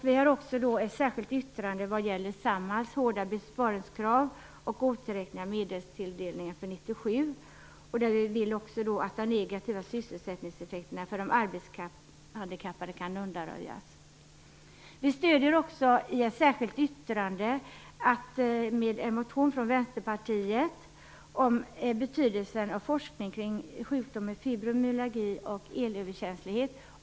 Vi har också ett särskilt yttrande vad gäller samma hårda besparingskrav och återräkning av medelstilldelningen för 1997, och där vill vi att de negativa sysselsättningseffekterna för de arbetshandikappade skall undanröjas. Vi stöder också i ett särskilt yttrande en motion från Vänsterpartiet om betydelsen av forskning kring sjukdomen fibromyalgi och kring elöverkänslighet.